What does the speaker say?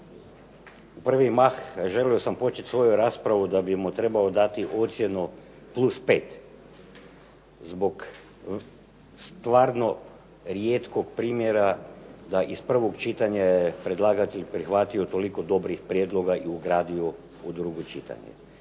u prvi mah želio sam početi svoju raspravu da bih mu trebao dati ocjenu 5+, zbog stvarno rijetkog primjera da iz prvog čitanja je predlagatelj prihvatio toliko dobrih prijedloga i ugradio u drugo čitanje.